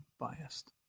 biased